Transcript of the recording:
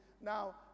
Now